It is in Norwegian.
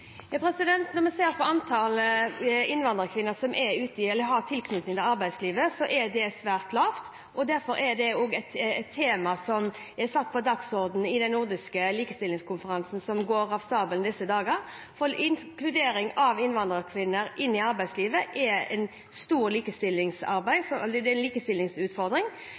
Når vi ser på antallet innvandrerkvinner som er i, eller som har tilknytning til, arbeidslivet, er det svært lavt. Derfor er det også et tema som er satt på dagsordenen i den nordiske likestillingskonferansen som går av stabelen i disse dager, for inkludering av innvandrerkvinner i arbeidslivet er en stor likestillingsutfordring. Det blir feil bare å si at kontantstøtten er det som er